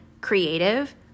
creative